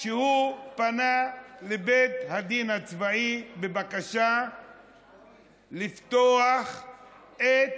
שפנה לבית הדין הצבאי בבקשה לפתוח את